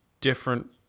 different